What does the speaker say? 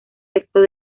textos